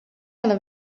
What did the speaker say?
alla